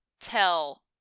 tell